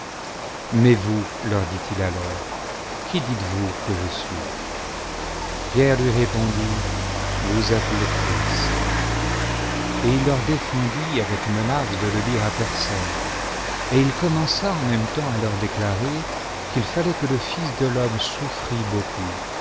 mais vous leur dit-il alors qui dites vous que je suis pierre lui répondit vous êles le christ et il leur défendit avec menace de le dire à personne et il commença en même temps à leur déclarer qu'il fallait que le fils de l'homme souffrit beaucoup